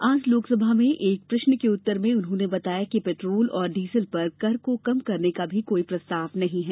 आज लोकसभा में एक प्रश्न के उत्तर में उन्होंने बताया कि पेट्रोल और डीजल पर कर को कम करने का भी कोई प्रस्ताव नहीं है